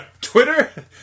Twitter